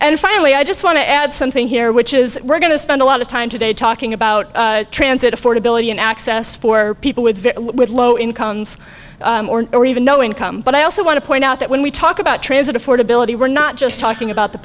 and finally i just want to add something here which is we're going to spend a lot of time today talking about transit affordability and access for people with low incomes or even no income but i also want to point out that when we talk about transit affordability we're not just talking about the